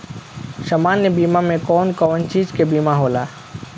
सामान्य बीमा में कवन कवन चीज के बीमा होला?